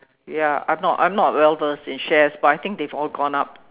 ya I'm not I'm not well versed in shares but I think they've all gone up